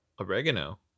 oregano